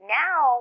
now